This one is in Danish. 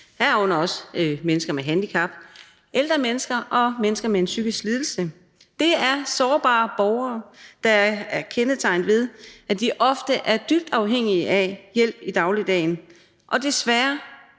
herunder også mennesker med handicap, ældre mennesker og mennesker med en psykisk lidelse. Det er sårbare borgere, der er kendetegnet ved, at de ofte er dybt afhængige af hjælp i dagligdagen, og desværre